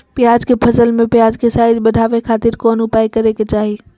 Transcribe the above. प्याज के फसल में प्याज के साइज बढ़ावे खातिर कौन उपाय करे के चाही?